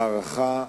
הערכה,